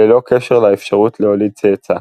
ללא קשר לאפשרות להוליד צאצא.